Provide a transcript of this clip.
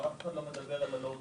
אבל אף אחד לא מדבר על low-tech.